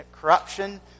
corruption